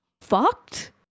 fucked